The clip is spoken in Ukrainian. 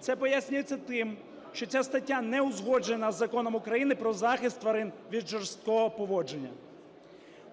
Це пояснюється тим, що ця стаття не узгоджена з Законом України "Про захист тварин від жорстокого поводження".